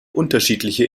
unterschiedliche